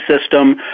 system